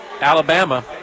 Alabama